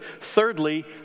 Thirdly